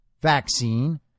vaccine